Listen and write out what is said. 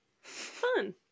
Fun